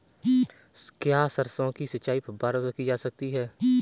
क्या सरसों की सिंचाई फुब्बारों से की जा सकती है?